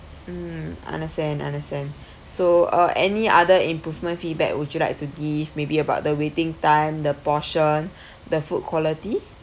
mm understand understand so uh any other improvement feedback would you like to give maybe about the waiting time the portion the food quality